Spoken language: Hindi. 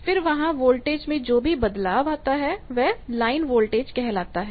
फिर वहां वोल्टेज में जो भी बदलाव आता है वह लाइन वोल्टेज कहलाता है